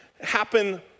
happen